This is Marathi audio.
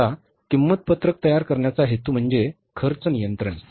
आता किंमत पत्रक तयार करण्याचा हेतू म्हणजे खर्च नियंत्रण